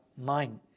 mind